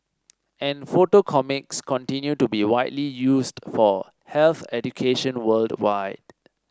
and photo comics continue to be widely used for health education worldwide